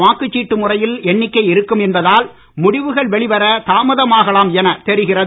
வாக்குச் சீட்டு முறையில் எண்ணிக்கை இருக்கும் என்பதால் முடிவுகள் வெளிவர தாமதமாகலாம் என தெரிகிறது